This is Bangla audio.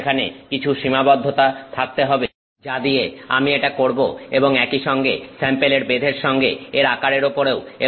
তাই সেখানে কিছু সীমাবদ্ধতা থাকতে হবে যা দিয়ে আমি এটা করব এবং একইসঙ্গে স্যাম্পেলের বেধের সঙ্গে এর আকারের উপরেও